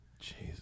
Jesus